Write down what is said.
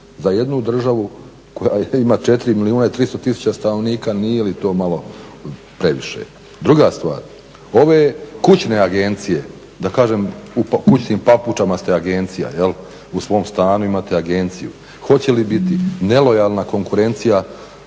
za jednu državu koja ima 4 milijuna i 300000 stanovnika. Nije li to malo previše? Druga stvar, ove kućne agencije, da kažem u kućnim papučama ste agencija u svom stanu imate agenciju. Hoće li biti nelojalna konkurencija